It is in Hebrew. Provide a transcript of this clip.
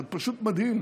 זה פשוט מדהים,